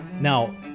Now